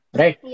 right